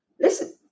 listen